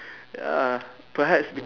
ya perhaps been